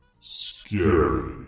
scary